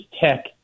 Tech